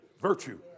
virtue